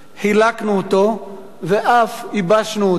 חלקנו אותו ואף ייבשנו אותו.